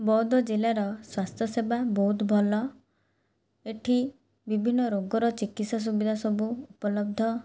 ବୌଦ୍ଧ ଜିଲ୍ଲାର ସ୍ଵାସ୍ଥ୍ୟସେବା ବହୁତ ଭଲ ଏଠି ବିଭିନ୍ନ ରୋଗର ଚିକିତ୍ସା ସୁବିଧା ସବୁ ଉପଲବ୍ଧ